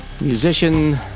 musician